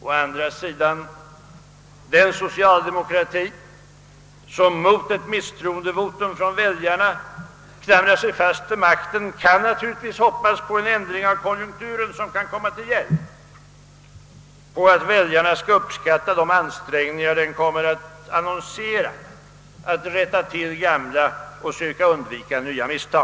Å andra sidan kan den socialdemokrati, som mot ett misstroendevotum från väljarna klamrar sig fast vid makten, naturligtvis hoppas på en ändring av konjunkturen som kan komma till hjälp och på att väljarna skall uppskatta de ansträngningar den kommer att annonsera för att rätta till gamla och söka undvika nya misstag.